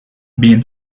been